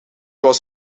was